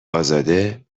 ازاده